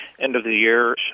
end-of-the-year